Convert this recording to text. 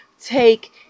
take